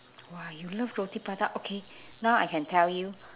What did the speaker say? !wah! you love roti prata okay now I can tell you